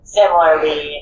Similarly